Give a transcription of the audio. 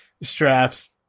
straps